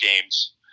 games